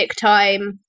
time